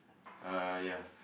uh ya